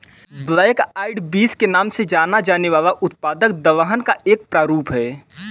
black eyed beans के नाम से जाना जाने वाला उत्पाद दलहन का एक प्रारूप है